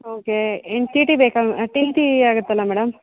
okay ಏನು T T ಬೇಕಾ T T ಆಗತ್ತಲ್ಲ ಮೇಡಮ್